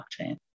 blockchain